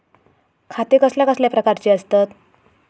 खाते कसल्या कसल्या प्रकारची असतत?